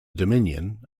dominion